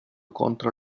contro